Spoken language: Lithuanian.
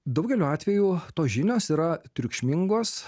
daugeliu atveju tos žinios yra triukšmingos